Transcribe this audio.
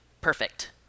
perfect